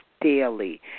daily